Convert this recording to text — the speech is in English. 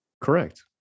Correct